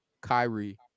Kyrie